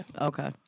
Okay